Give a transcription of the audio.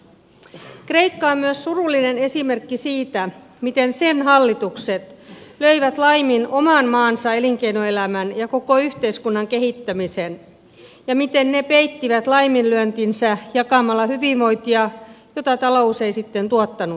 kreikka on myös surullinen esimerkki siitä miten sen hallitukset löivät laimin oman maansa elinkeinoelämän ja koko yhteiskunnan kehittämisen ja miten ne peittivät laiminlyöntinsä jakamalla hyvinvointia jota talous ei sitten tuottanutkaan